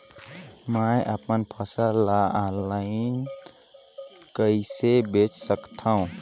मैं अपन फसल ल ऑनलाइन कइसे बेच सकथव?